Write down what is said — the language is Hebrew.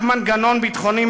שהיא רק מנגנון ביטחוני,